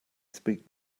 speak